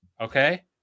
Okay